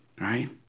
right